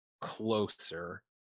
closer